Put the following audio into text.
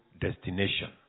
destination